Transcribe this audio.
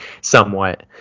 somewhat